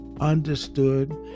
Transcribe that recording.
understood